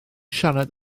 siarad